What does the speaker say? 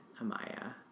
Amaya